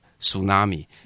tsunami